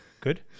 Good